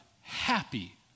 happy